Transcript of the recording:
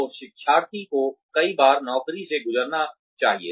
तो शिक्षार्थी को कई बार नौकरी से गुजरना चाहिए